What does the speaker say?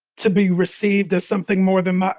to be received as something more than,